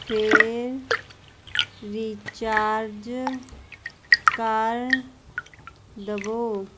ਫਿਰ ਰੀਚਾਰਜ ਕਰ ਦੇਵੋ